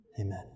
amen